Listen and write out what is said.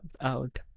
out